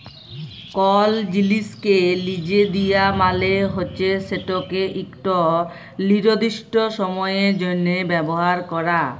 call জিলিসকে লিজে দিয়া মালে হছে সেটকে ইকট লিরদিস্ট সময়ের জ্যনহে ব্যাভার ক্যরা